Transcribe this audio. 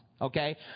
Okay